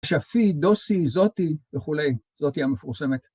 שפי, דוסי, זאתי וכולי, זאתי המפורסמת.